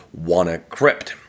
WannaCrypt